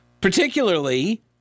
particularly